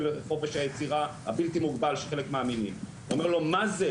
חופש היצירה הבלתי מוגבל שחלק מאמינים אומר לו: 'מה זה?